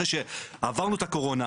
אחרי שעברנו את הקורונה.